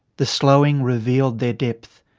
the slowing revealed their depth.